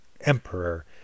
Emperor